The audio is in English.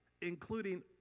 including